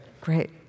Great